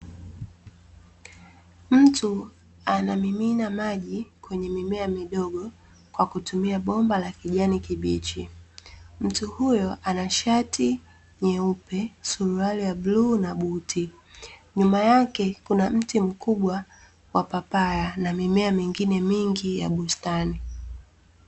Mtu anamimina maji kwenye mimea midogo kwa kutumia bomba la kijani kibichi, mtu huyo anashati nyeupe, suruali ya bluu na buti nyuma yake kuna mti mkubwa wa papara na mimea mingine mingi ya bustani.